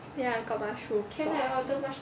ya got mushroom pot